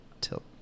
tilt